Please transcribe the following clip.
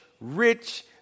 rich